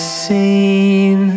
seen